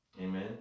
Amen